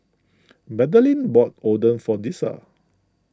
Magdalene bought Oden for Dessa